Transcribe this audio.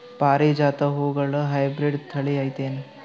ಪಾರಿಜಾತ ಹೂವುಗಳ ಹೈಬ್ರಿಡ್ ಥಳಿ ಐತೇನು?